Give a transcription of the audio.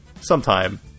sometime